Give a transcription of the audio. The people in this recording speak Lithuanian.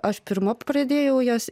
aš pirma pradėjau jas